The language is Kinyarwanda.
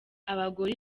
abagore